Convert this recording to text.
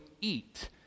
eat